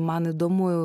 man įdomu